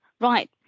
Right